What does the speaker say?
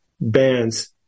bands